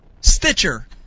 Stitcher